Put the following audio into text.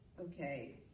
okay